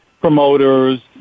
promoters